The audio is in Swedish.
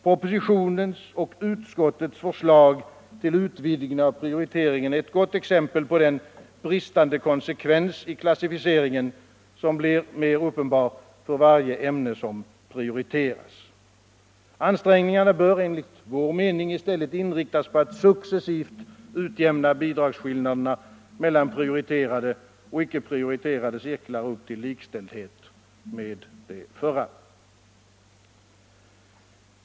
Propositionens och utskottets förslag till utvidgning av prioriteringen är ett gott exempel på den bristande konsekvens i klassificeringen som blir mer uppenbar för varje ämne som prioriteras. Ansträngningarna bör enligt vår mening i stället inriktas på att successivt utjämna bidragsskillnaderna mellan prioriterade och icke prioriterade cirklar upp till likställdhet med de förra.